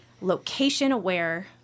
location-aware